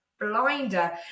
blinder